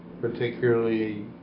particularly